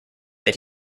that